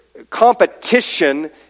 competition